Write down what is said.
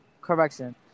Correction